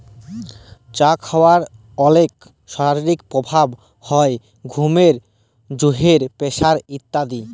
চা খাওয়ার অলেক শারীরিক প্রভাব হ্যয় ঘুমের জন্হে, প্রেসার ইত্যাদি